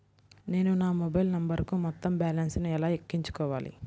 నేను నా మొబైల్ నంబరుకు మొత్తం బాలన్స్ ను ఎలా ఎక్కించుకోవాలి?